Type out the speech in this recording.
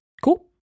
Cool